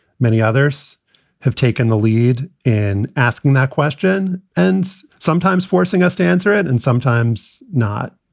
many others have taken the lead in asking that question and sometimes forcing us to answer it and sometimes not.